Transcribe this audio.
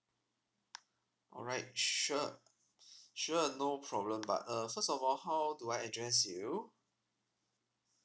alright sure sure no problem but uh first of all how do I address you